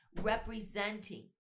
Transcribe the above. representing